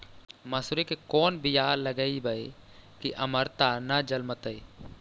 मसुरी के कोन बियाह लगइबै की अमरता न जलमतइ?